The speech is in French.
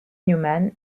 newman